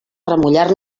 remullar